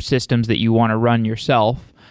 systems that you want to run yourself,